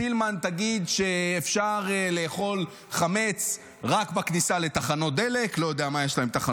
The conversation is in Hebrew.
סילמן תגיד שאפשר לאכול חמץ רק בכניסה לתחנות דלק,